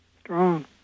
Strong